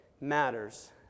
matters